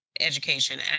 education